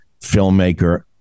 filmmaker